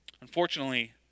Unfortunately